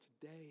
today